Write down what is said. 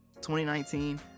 2019